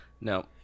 No